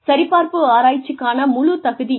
சரிபார்ப்பு ஆராய்ச்சிக்கான முழு தகுதி என்ன